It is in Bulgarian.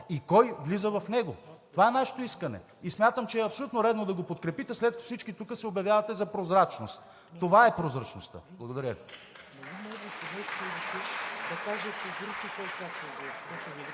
и кой влиза в него. Това е нашето искане. И смятам, че е абсолютно редно да го подкрепите, след като всички тук се обявявате за прозрачност. Това е прозрачността. Благодаря.